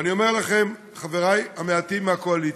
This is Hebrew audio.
ואני אומר לכם, חברי המעטים מהקואליציה,